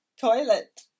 toilet